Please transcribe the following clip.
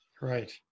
Right